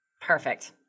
Perfect